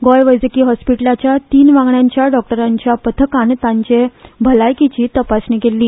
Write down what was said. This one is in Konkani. गोंय वैजकी हॉस्पिटलाच्या तीन वांगड्यांच्या डॉक्टरांच्या पथकान तांच्या भलायकेची तपासणी केल्ली